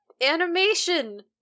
animation